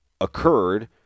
occurred